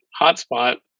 hotspot